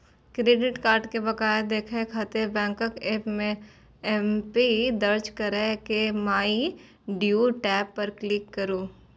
credit card के बकाया देखै खातिर बैंकक एप मे एमपिन दर्ज कैर के माइ ड्यू टैब पर क्लिक करू